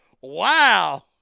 Wow